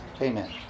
Amen